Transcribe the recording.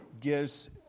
gives